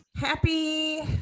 Happy